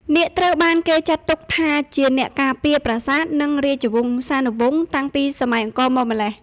នាគត្រូវបានគេចាត់ទុកថាជាអ្នកការពារប្រាសាទនិងរាជវង្សានុវង្សតាំងពីសម័យអង្គរមកម្ល៉េះ។